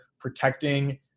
protecting